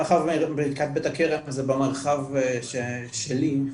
מאחר ובית הכרם זה במרחב שלי,